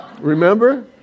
remember